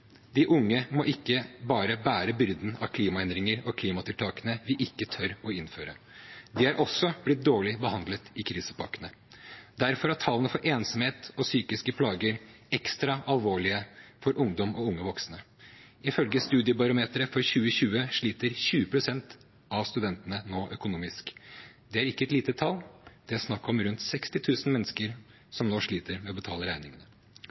De unge må ikke bare bære byrden av klimaendringer og klimatiltakene vi ikke tør å innføre; de er også blitt dårlig behandlet i krisepakkene. Derfor er tallene for ensomhet og psykiske plager ekstra alvorlige for ungdom og unge voksne. Ifølge studiebarometeret for 2020 sliter 20 pst. av studentene nå økonomisk. Det er ikke et lite tall, det er snakk om rundt 60 000 mennesker som nå sliter med å betale regningene.